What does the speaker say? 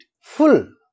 full